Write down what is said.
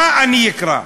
איך אני אקרא?